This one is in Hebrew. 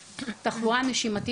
קצת נתונים על תחלואה קשה.